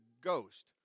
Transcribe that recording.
ghost